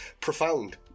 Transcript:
Profound